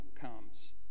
comes